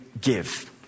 give